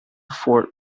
fort